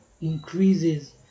increases